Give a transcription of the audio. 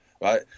right